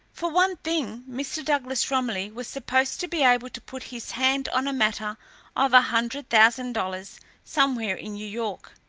for one thing, mr. douglas romilly was supposed to be able to put his hand on a matter of a hundred thousand dollars somewhere in new york.